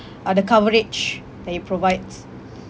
uh the coverage that it provides